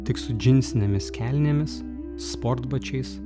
tik su džinsinėmis kelnėmis sportbačiais